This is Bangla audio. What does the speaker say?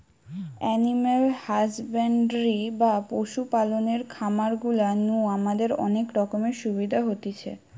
এনিম্যাল হাসব্যান্ডরি বা পশু পালনের খামার গুলা নু আমাদের অনেক রকমের সুবিধা হতিছে